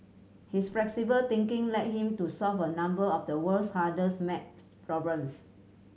his flexible thinking led him to solve a number of the world's hardest maths problems